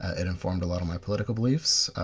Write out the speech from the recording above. ah it informed a lot of my political beliefs,